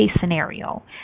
scenario